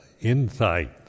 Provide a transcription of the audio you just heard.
insight